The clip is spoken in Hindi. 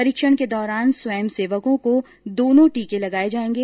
परीक्षण के दौरान स्वयंसेवकों को दोनों टीके लगाए जाएंगे